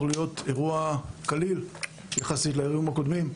להיות אירוע קליל יחסית לאירועים הקודמים: